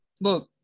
look